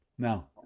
Now